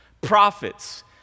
Prophets